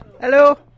Hello